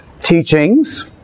teachings